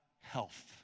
health